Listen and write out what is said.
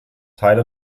teile